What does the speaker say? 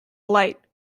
light